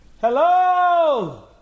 Hello